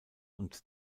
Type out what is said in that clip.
und